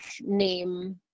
name